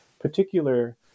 particular